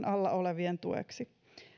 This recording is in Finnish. alla olevien tueksi